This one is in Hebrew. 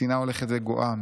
השנאה הולכת וגואה.